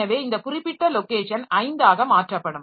எனவே இந்த குறிப்பிட்ட லொக்கேஷன் 5 ஆக மாற்றப்படும்